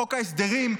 בחוק ההסדרים,